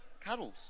cuddles